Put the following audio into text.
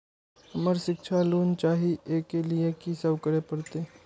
हमरा शिक्षा लोन चाही ऐ के लिए की सब करे परतै?